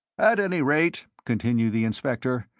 at any rate, continued the inspector,